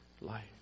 life